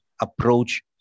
approach